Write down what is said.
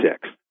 six